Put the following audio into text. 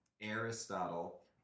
Aristotle